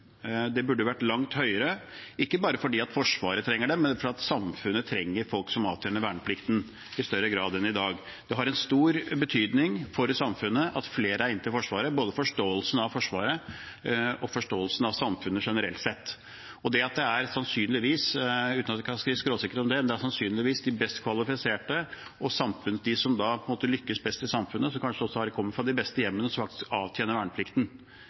men fordi samfunnet trenger folk som avtjener verneplikten i større grad enn i dag. Det har stor betydning for samfunnet at flere er inne i Forsvaret, både for forståelsen av Forsvaret og for forståelsen av samfunnet generelt sett. Det at det sannsynligvis – uten at jeg er skråsikker på det – er de best kvalifiserte, de som på en måte lykkes best i samfunnet, og som kanskje også kommer fra de beste hjemmene, som faktisk avtjener verneplikten,